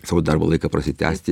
savo darbo laiką prasitęsti